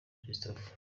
christopher